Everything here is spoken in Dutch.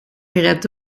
gered